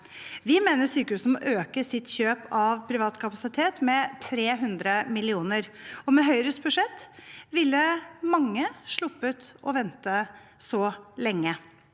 Vi mener sykehusene må øke sitt kjøp av privat kapasitet med 300 mill. kr. Med Høyres budsjett ville mange sluppet å vente så lenge.